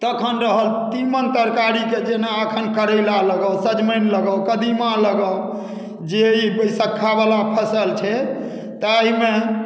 तखन रहल तीमन तरकारीके जेना एखन करैला लगाउ सजमनि लगाउ कदीमा लगाउ जे ई बैशक्खावला फसल छै ताहिमे